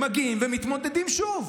הם מגיעים ומתמודדים שוב.